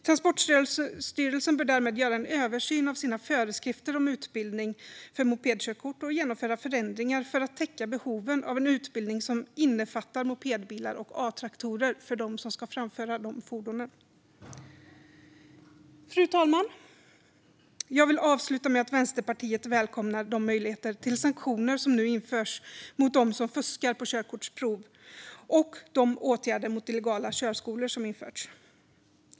Transportstyrelsen bör därför göra en översyn av sina föreskrifter om utbildning för mopedkörkort och genomföra förändringar för att täcka behoven av en utbildning som innefattar mopedbilar och A-traktorer för dem som ska framföra dessa fordon. Fru talman! Jag vill avsluta med att Vänsterpartiet välkomnar de möjligheter till sanktioner som nu införs mot dem som fuskar på körkortsprov och de åtgärder mot illegala körskolor som införts.